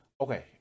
okay